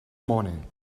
morning